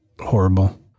horrible